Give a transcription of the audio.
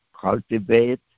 cultivate